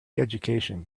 education